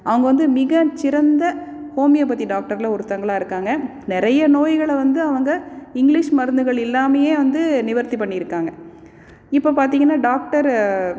அவங்க வந்து மிக சிறந்த ஹோமியோபதி டாக்டரில் ஒருத்தங்களாக இருக்காங்க நிறைய நோய்களை வந்து அவங்க இங்கிலீஷ் மருந்துகள் இல்லாமையே வந்து நிவர்த்தி பண்ணியிருக்காங்க இப்போ பார்த்திங்கன்னா டாக்டர்